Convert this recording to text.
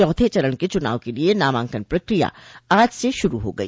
चौथे चरण के चुनाव के लिये नामांकन प्रक्रिया आज से शुरू हो गई